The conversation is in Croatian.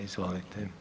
Izvolite.